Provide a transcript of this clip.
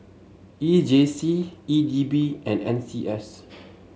E J C E D B and N C S